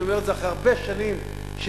אני אומר את זה אחרי הרבה שנים שניהלתי